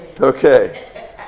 Okay